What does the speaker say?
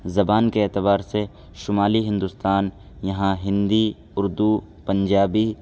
زبان کے اعتبار سے شمالی ہندوستان یہاں ہندی اردو پنجابی